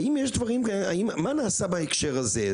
האם יש דברים, מה נעשה בהקשר הזה?